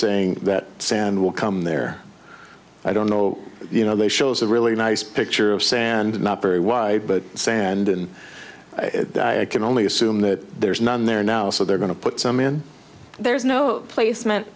saying that sand will come there i don't know you know they show is a really nice picture of sand not very wide but sand and i can only assume that there's none there now so they're going to put some in there's no placement